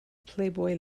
playboy